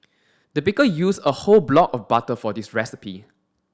the baker used a whole block of butter for this recipe